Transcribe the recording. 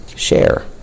share